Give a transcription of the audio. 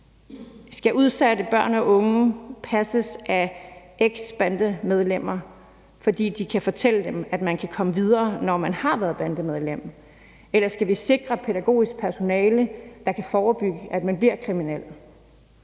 Skal udsatte børn og unge passes af eksbandemedlemmer, fordi de kan fortælle dem, at man kan komme videre, når man har været bandemedlem, eller skal vi sikre pædagogisk personale, der kan forebygge, at man bliver kriminel?